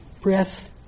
breath